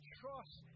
trust